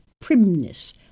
primness